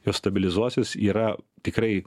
jos stabilizuosis yra tikrai